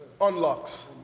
unlocks